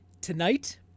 Tonight